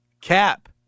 Cap